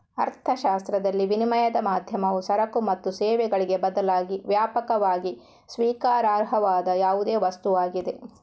ಅರ್ಥಶಾಸ್ತ್ರದಲ್ಲಿ, ವಿನಿಮಯದ ಮಾಧ್ಯಮವು ಸರಕು ಮತ್ತು ಸೇವೆಗಳಿಗೆ ಬದಲಾಗಿ ವ್ಯಾಪಕವಾಗಿ ಸ್ವೀಕಾರಾರ್ಹವಾದ ಯಾವುದೇ ವಸ್ತುವಾಗಿದೆ